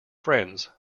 friends